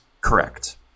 Correct